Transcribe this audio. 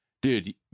dude